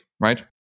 right